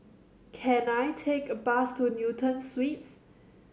can I take a bus to Newton Suites